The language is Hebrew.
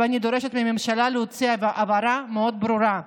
ואני דורשת מהממשלה להוציא הבהרה מאוד ברורה.